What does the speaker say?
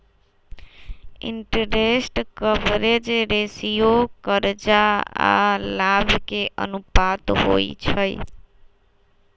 interest coverage ratio करजा आऽ लाभ के अनुपात होइ छइ